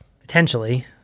Potentially